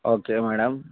okay madam